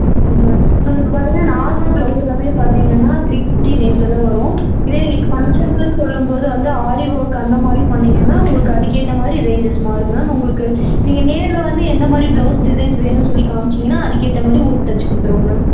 அப்படிங்களா மேம் இப்போ பார்த்திங்கன்னா நார்மல் ப்ளவுஸ் எல்லாமே பார்த்திங்கன்னா த்ரீ ஃபிஃப்ட்டி ரேஞ்ச்லதான் வரும் இதுவே நீங்கள் இப்போ ஃபங்க்ஷனுக்குன்னு சொல்லும்போது வந்து ஆரி ஒர்க் அந்தமாதிரி பண்ணிங்கன்னால் உங்களுக்கு அதுக்கேற்ற மாதிரி ரேஞ்சஸ் மாறும் மேம் உங்களுக்கு நீங்கள் நேர்ல வந்து என்னமாதிரி ப்ளவுஸ் டிசைன்ஸ் வேணும்னு சொல்லி காம்ச்சிங்கன்னால் அதுக்கேற்ற மாரி உங்களுக்கு தைச்சி கொடுத்துருவோம் மேம்